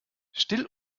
still